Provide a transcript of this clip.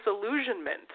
disillusionment